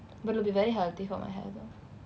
but it'll be very healthy for my hair though